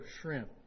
shrimp